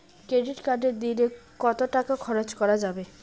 Credit কার্ডে দিনে কত টাকা খরচ করা যাবে?